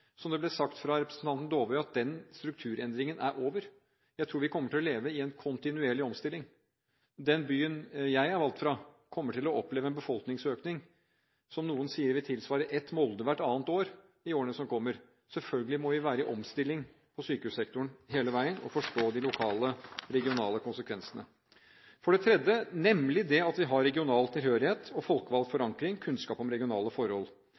som det ble sagt av representanten Dåvøy – at den strukturendringen er over. Jeg tror vi kommer til å leve i en kontinuerlig omstilling. Den byen jeg er valgt fra, kommer til å oppleve en befolkningsøkning noen sier vil tilsvare ett Molde hvert annet år i årene som kommer. Selvfølgelig må vi være i omstilling på sykehussektoren hele veien og forstå de lokale og regionale konsekvensene. Det tredje er det at vi har regional tilhørighet, folkevalgt forankring og kunnskap om regionale forhold.